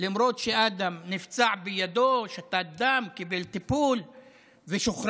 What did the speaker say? למרות שאדם נפצע בידו, שתת דם, קיבל טיפול ושוחרר,